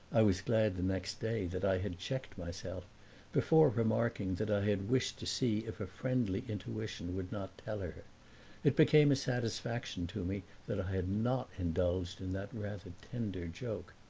i was glad the next day that i had checked myself before remarking that i had wished to see if a friendly intuition would not tell her it became a satisfaction to me that i had not indulged in that rather tender joke.